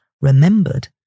remembered